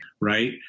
right